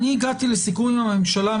אני הגענו לסיכום עם הממשלה,